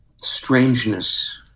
strangeness